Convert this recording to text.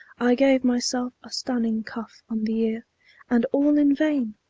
i gave myself a stunning cuff on the ear and all in vain.